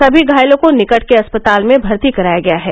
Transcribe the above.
सभी घायलों को निकट के अस्पताल में भर्ती कराया गया है